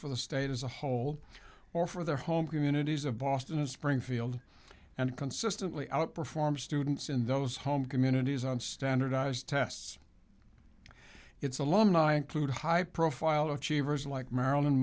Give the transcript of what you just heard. for the state as a whole or for their home communities of boston in springfield and consistently outperform students in those home communities on standardized tests it's alumni include high profile achievers like marilyn